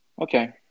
Okay